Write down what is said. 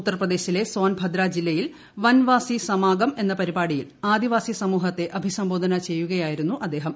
ഉത്തർപ്രദേശിലെ സോൻഭദ്ര ജില്ലയിൽ വൻവാസി സമാഗം എന്ന പരിപാടിയിൽ ആദിവാസി സമൂഹത്തെ അഭിസംബോധന ചെയ്യുകയായിരുന്നു അദ്ദേഹം